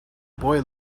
boy